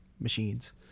machines